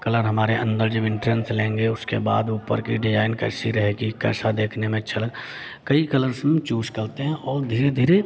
colour हमारे अंदर जब इंट्रेन्स लेंगे उसके बाद ऊपर की डिज़ाइन कैसी रहेगी कैसा देखने में अच्छा लगा कई कलर्स में चूज़ करते हैं और धीरे धीरे